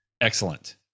Excellent